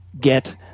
get